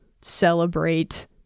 celebrate